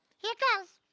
here goes.